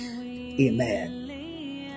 Amen